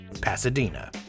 Pasadena